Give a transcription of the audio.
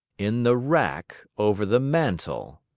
in the rack over the mantel,